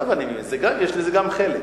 עכשיו אני מבין, יש לזה גם חלק.